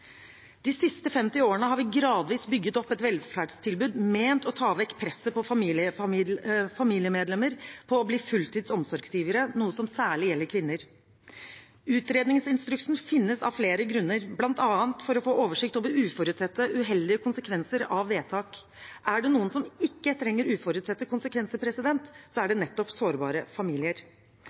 De siste 50 årene har vi gradvis bygget opp et velferdstilbud ment å ta vekk presset på familiemedlemmer til å bli fulltids omsorgsgivere, noe som særlig gjelder kvinner. Utredningsinstruksen finnes av flere grunner, bl.a. for å få oversikt over uforutsette, uheldige konsekvenser av vedtak. Er det noen som ikke trenger uforutsette konsekvenser, er det nettopp sårbare familier.